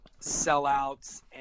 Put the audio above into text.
sellouts